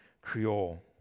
Creole